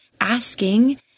asking